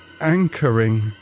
anchoring